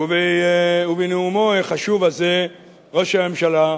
ובנאומו החשוב הזה ראש הממשלה,